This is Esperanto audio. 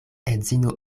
edzino